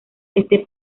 este